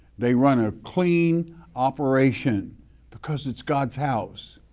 they run a clean operation because it's god's house.